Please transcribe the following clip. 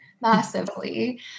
massively